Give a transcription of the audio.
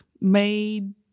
made